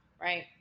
right